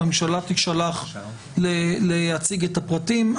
הממשלה תישלח להציג את הפרטים.